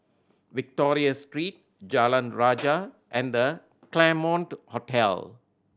Victoria Street Jalan Rajah and The Claremont Hotel